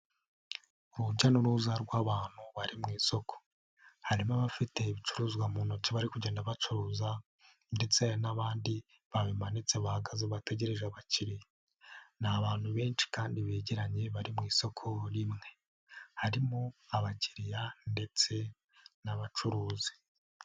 Urujya n'uruza rw'abantu bari mu isoko, harimo abafite ibicuruzwa mu ntoki bari kugenda bacuruza ndetse hari n'abandi babimanitse bahagaze bategereje abakiriya, ni abantu benshi kandi begeranye bari mu isoko rimwe, harimo abakiriya ndetse n'abacuruzi.